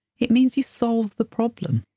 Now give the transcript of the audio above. it means you solve the problem,